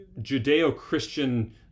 Judeo-Christian